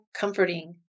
comforting